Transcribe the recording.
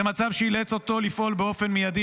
זה מצב שאילץ אותו לפעול באופן מיידי